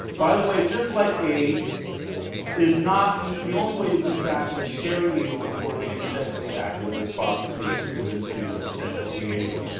by the way, just like aids is not the only way you contract it is sharing needles or being sexually active with prostitutes or promiscuous sexual behavior.